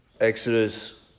Exodus